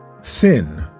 sin